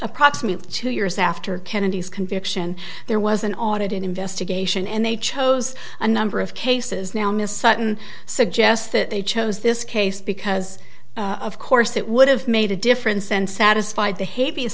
approximately two years after kennedy's conviction there was an audit investigation and they chose a number of cases now miss sutton suggests that they chose this case because of course it would have made a difference and satisfy the h